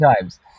times